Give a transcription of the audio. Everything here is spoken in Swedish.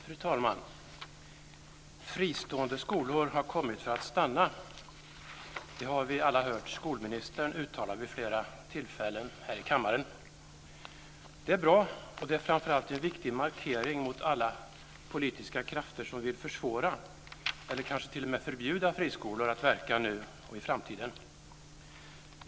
Fru talman! Fristående skolor har kommit för att stanna. Det har vi alla hört skolministern uttala vid flera tillfällen här i kammaren. Det är bra, och det är framför allt en viktig markering mot alla politiska krafter som vill försvåra för eller kanske t.o.m. förbjuda friskolor att verka nu eller i framtiden.